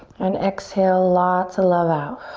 and exhale lots of love out.